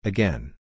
Again